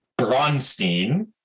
Bronstein